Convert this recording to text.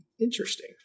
interesting